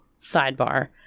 sidebar